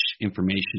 information